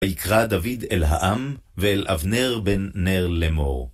ויקרא דוד אל העם, ואל אבנר בן נר למור.